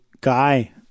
guy